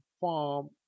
farm